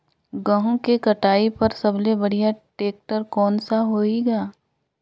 गहूं के कटाई पर सबले बढ़िया टेक्टर कोन सा होही ग?